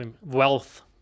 wealth